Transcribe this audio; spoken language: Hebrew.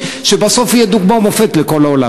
שבסוף תהיה דוגמה ומופת לכל העולם.